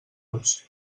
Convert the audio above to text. los